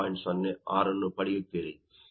06 ನ್ನು ಪಡೆಯುತ್ತೀರಿ